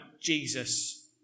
Jesus